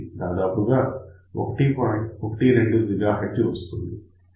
12 GHz వస్తుంది